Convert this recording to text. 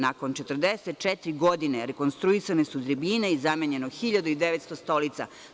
Nakon 44 godine rekonstruisane su tribine i zamenjeno je 1.900 stolica.